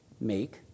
Make